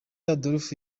adolphe